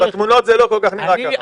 בתמונות זה לא כל כך נראה כך.